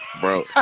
bro